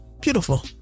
Beautiful